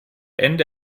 ende